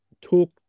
talk